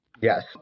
yes